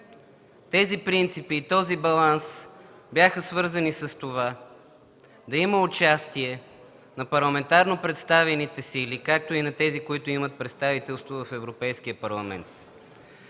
Тези принципи и този баланс бяха свързани с това – да има участие на парламентарно представените сили, както и на тези, които имат представителство в Европейския парламент.